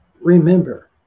remember